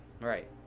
Right